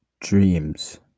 dreams